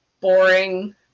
boring